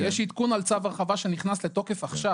יש עדכון על צו הרחבה שנכנס לתוקף עכשיו.